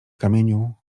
kamieniu